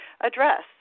address